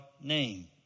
name